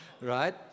right